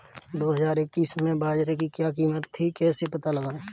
दो हज़ार इक्कीस में बाजरे की क्या कीमत थी कैसे पता लगाएँ?